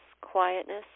quietness